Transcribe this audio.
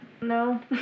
No